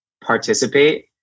participate